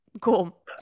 cool